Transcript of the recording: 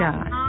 God